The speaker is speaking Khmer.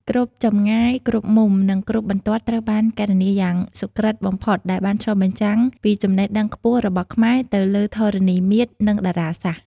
គ្រប់ចម្ងាយ គ្រប់មុំ និងគ្រប់បន្ទាត់ត្រូវបានគណនាយ៉ាងសុក្រិតបំផុតដែលបានឆ្លុះបញ្ចាំងពីចំណេះដឹងខ្ពស់របស់ខ្មែរទៅលើធរណីមាត្រនិងតារាសាស្ត្រ។